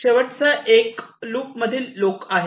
शेवटचा एक लूपमधील लोक आहे